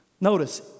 Notice